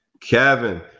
Kevin